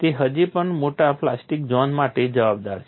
તે હજી પણ મોટા પ્લાસ્ટિક ઝોન માટે જવાબદાર છે